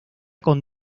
con